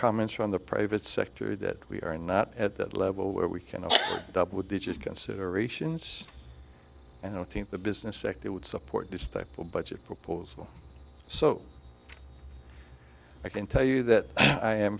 comments from the private sector that we are not at that level where we can double digit considerations and i think the business sector would support this type of budget proposal so i can tell you that i am